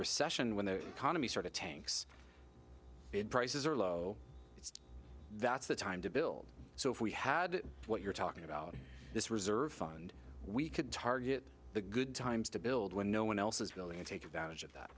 recession when the economy sort of tanks prices are low that's the time to build so if we had what you're talking about this reserve fund we could target the good times to build when no one else is willing to take advantage of that